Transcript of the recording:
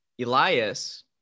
Elias